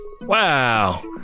Wow